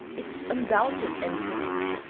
its undoubted antiquity,